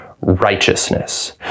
righteousness